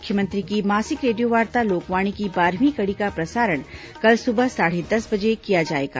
मुख्यमंत्री की मासिक रेडियोवार्ता लोकवाणी की बारहवीं कड़ी का प्रसारण कल सुबह साढ़े दस बजे किया जाएगा